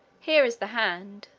here is the hand,